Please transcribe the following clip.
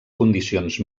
condicions